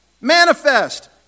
Manifest